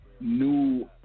new